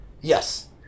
Yes